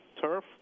turf